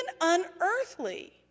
unearthly